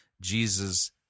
Jesus